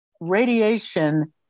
radiation